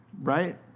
right